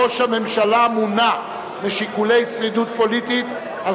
ראש הממשלה מונע משיקולי שרידות פוליטית על